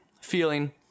feeling